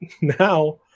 now